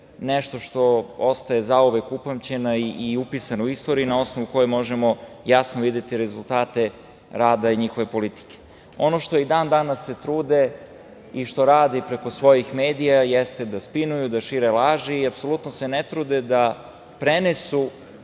nešto što ostaje zauvek, upamćena i upisana u istoriji, a na osnovu koje možemo jasno videti rezultate rada njihove politike. Ono što se i dan danas trude i što rade preko svojih medija jeste da spinuju, da šire laži. Apsolutno se ne trude da prenesu,